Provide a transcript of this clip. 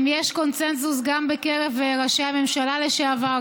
יש קונסנזוס גם בקרב ראשי הממשלה לשעבר,